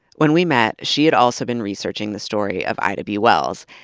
when we met, she had also been researching the story of ida b. wells.